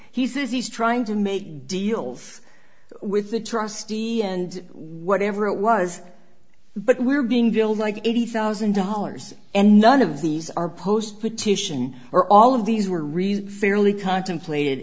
he says he's trying to make deals with the trustee and whatever it was but we're being billed like eighty thousand dollars and none of these are post petition or all of these were really fairly contemplated